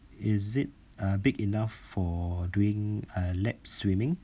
is it uh big enough for doing uh lap swimming